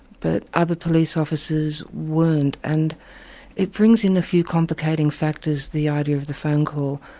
but other police officers weren't, and it brings in a few complicating factors, the idea of the phone call.